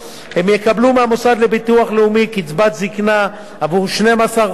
הם יקבלו מהמוסד לביטוח לאומי קצבת זיקנה עבור 12 חודשים,